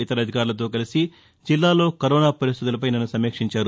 ఇతర అధికారులతో కలిసి జిల్లాలో కరోనా పరిస్టితులపై నిన్న సమీక్షించారు